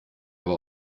aber